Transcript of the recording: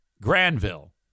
Granville